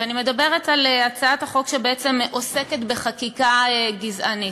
אני מדברת על הצעת החוק שבעצם עוסקת בחקיקה גזענית.